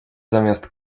zamiast